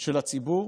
של הציבור